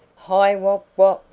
hi wup wup!